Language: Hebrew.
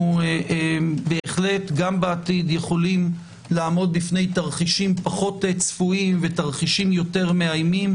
בהחלט גם בעתיד יכולים לעמוד בפני תרחישים פחות צפויים ויותר מאיימים,